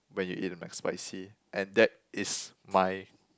when you eat the McSpicy and that is my